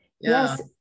Yes